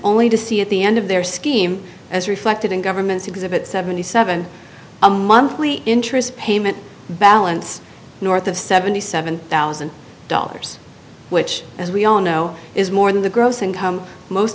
only to see at the end of their scheme as reflected in government's exhibit seventy seven a monthly interest payment balance north of said and the seven thousand dollars which as we all know is more than the gross income most